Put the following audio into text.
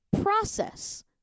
process